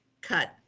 cut